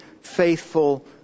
faithful